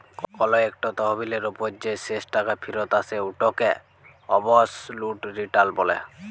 call ইকট তহবিলের উপর যে শেষ টাকা ফিরত আসে উটকে অবসলুট রিটার্ল ব্যলে